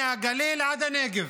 מהגליל עד הנגב